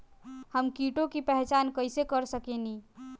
हम कीटों की पहचान कईसे कर सकेनी?